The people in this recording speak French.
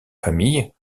familles